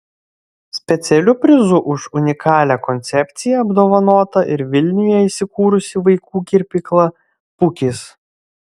specialiu prizu už unikalią koncepciją apdovanota ir vilniuje įsikūrusi vaikų kirpykla pukis